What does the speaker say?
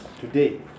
today